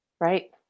Right